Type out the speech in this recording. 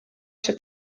się